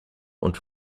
und